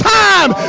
time